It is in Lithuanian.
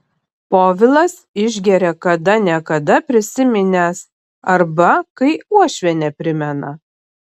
povilas išgeria kada ne kada prisiminęs arba kai uošvienė primena